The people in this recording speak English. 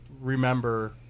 remember